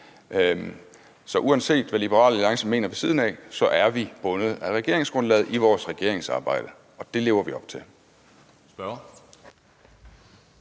Så uanset hvad Liberal Alliance mener ved siden af, er vi bundet af regeringsgrundlaget i vores regeringsarbejde, og det lever vi op til.